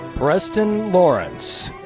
preston lawrence.